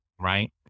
right